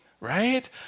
right